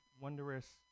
wondrous